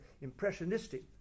impressionistic